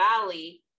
Valley